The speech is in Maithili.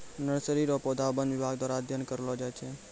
नर्सरी रो पौधा वन विभाग द्वारा अध्ययन करलो जाय छै